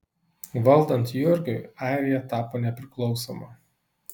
valdant jurgiui airija tapo nepriklausoma